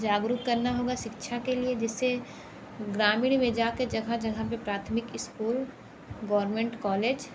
जागरुक करना होगा शिक्षा के लिए जिससे ग्रामीण में जाके जगह जगह पर प्राथमिक इस्कूल गौरमेंट कॉलेज